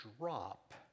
drop